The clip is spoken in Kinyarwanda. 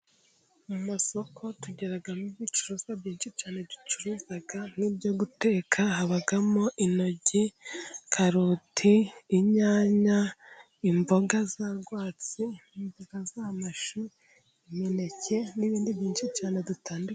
Mu masoko tugiramo， ibicuruzwa byinshi cyane， ducuruza n'ibyo guteka，habamo intoryi，karoti，inyanya， imboga za rwatsi，amashu， imineke， n'ibindi byinshi cyane， bitandukanye.